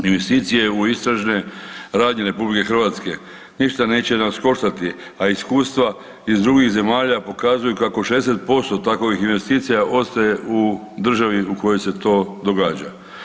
Investicije u istražne radnje RH ništa neće nas koštati, a iskustva iz drugih zemalja pokazuju kako 60% takovih investicija ostaje u državi u kojoj se to događa.